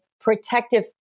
protective